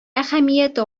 әһәмияте